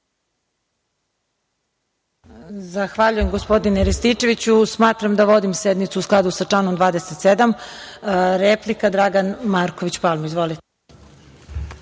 Zahvaljujem, gospodine Rističeviću. Smatram da vodim sednicu u skladu sa članom 27.Reč ima Dragan Marković, replika. Izvolite.